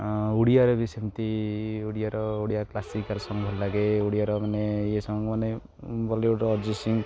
ଓଡ଼ିଆରେ ବି ସେମିତି ଓଡ଼ିଆର ଓଡ଼ିଆ କ୍ଲାସିକାଲ୍ ସଙ୍ଗ୍ ଭଲଲାଗେ ଓଡ଼ିଆର ମାନେ ଇଏ ସଙ୍ଗ ମାନେ ବଲିଉଡ଼ ଅରିଜିତ ସିଂ